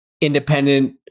independent